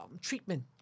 treatment